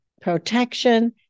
protection